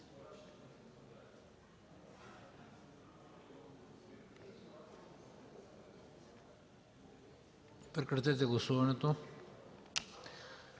Прекратете гласуването.